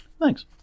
Thanks